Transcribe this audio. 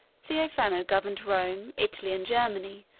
theophano governed rome, italy, and germany,